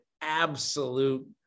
absolute